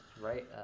right